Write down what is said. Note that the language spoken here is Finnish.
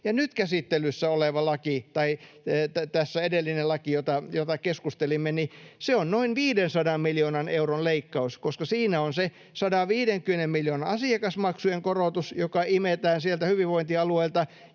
nyt käsittelyssä oleva laki — tai tämä edellinen laki, josta keskustelimme — on noin 500 miljoonan euron leikkaus, koska siinä on se 150 miljoonan asiakasmaksujen korotus, joka imetään hyvinvointialueilta,